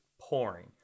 pouring